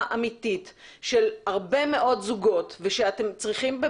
אמיתית של הרבה מאוד זוגות ושאתם צריכים,